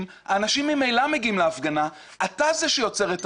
אנשים ממילא מגיעים להפגנה אתה זה שיוצר את